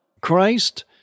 Christ